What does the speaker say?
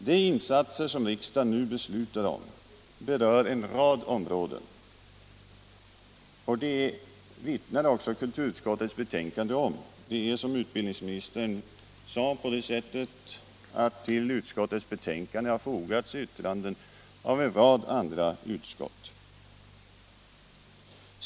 De insatser som riksdagen nu beslutar om berör en rad områden, och det vittnar också kulturutskottets betänkande om; som utbildningsministern sade har till detta fogats yttranden av en rad andra utskott.